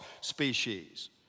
species